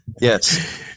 yes